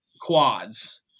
quads